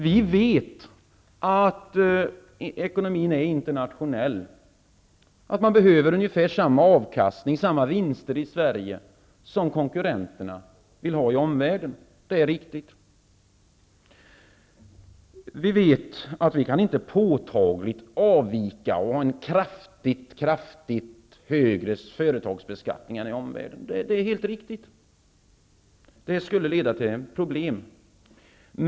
Vi vet att ekonomin är internationell och att det behövs ungefär samma avkastning, vinster, i Sverige som konkurrenterna i omvärlden vill ha. Vi vet att Sverige inte kan avvika påtagligt och ha en kraftigt högre företagsbeskattning än i omvärlden. Det skulle leda till problem.